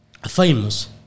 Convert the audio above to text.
Famous